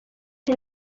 him